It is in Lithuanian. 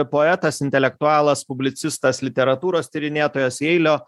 poetas intelektualas publicistas literatūros tyrinėtojas jeilio